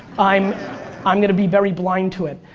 i'm i'm gonna be very blind to it.